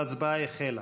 ההצבעה החלה.